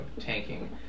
tanking